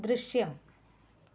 ദൃശ്യം